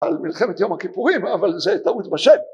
על מלחמת יום הכיפורים אבל זה טעות בשם